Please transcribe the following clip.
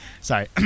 Sorry